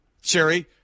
Sherry